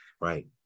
right